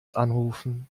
anrufen